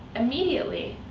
immediately,